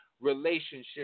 Relationship